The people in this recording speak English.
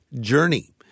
journey